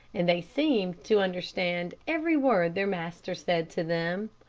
and they seemed to understand every word their master said to them.